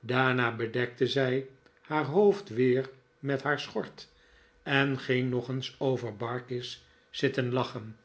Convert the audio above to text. daarna bedekte zij haar hoofd weer met haar schort en ging nog eens over barkis zitten lachen